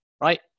right